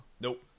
Nope